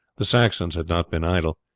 the saxons had not been idle.